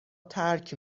ترک